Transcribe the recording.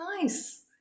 nice